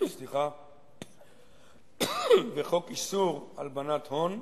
ובחוק איסור הלבנת הון,